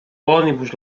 ônibus